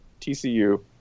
TCU